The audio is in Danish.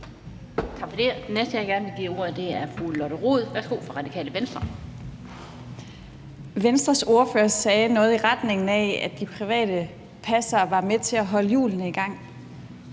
næste, jeg gerne vil give ordet, er fru Lotte Rod fra Radikale Venstre. Værsgo. Kl. 16:14 Lotte Rod (RV): Venstres ordfører sagde noget i retning af, at de private passere var med til at holde hjulene i gang.